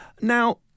now